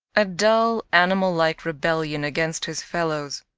a dull, animal-like rebellion against his fellows,